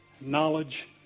knowledge